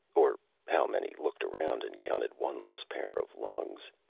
or how many looked around and counted one less pair of lungs.